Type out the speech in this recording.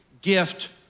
gift